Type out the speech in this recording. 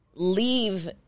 leave